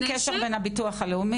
אין קשר בין הביטוח הלאומי.